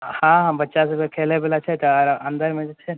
हाँ बच्चा सबके खेलयबला छै तऽ अन्दरमे जे छै